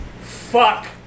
Fuck